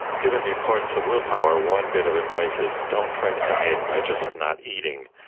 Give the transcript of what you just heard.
given the importance of willpower, one bit of advice is don't try to diet by just not eating,